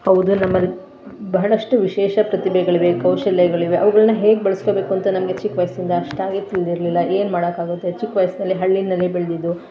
ಹೌದು ನಮ್ಮಲ್ಲಿ ಬಹಳಷ್ಟು ವಿಶೇಷ ಪ್ರತಿಭೆಗಳಿವೆ ಕೌಶಲ್ಯಗಳಿವೆ ಅವುಗಳನ್ನು ಹೇಗೆ ಬಲಸ್ಕೋಬೇಕು ಅಂತ ನಮಗೆ ಚಿಕ್ಕ ವಯಸ್ಸಿಂದ ಅಷ್ಟಾಗಿ ತಿಳಿದಿರ್ಲಿಲ್ಲ ಏನು ಮಾಡೋಕಾಗುತ್ತೆ ಚಿಕ್ಕ ವಯಸ್ಸಿನಲ್ಲಿ ಹಳ್ಳಿಯಲ್ಲಿ ಬೆಳೆದಿದ್ದು